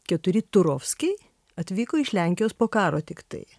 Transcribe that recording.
keturi turovskiai atvyko iš lenkijos po karo tiktai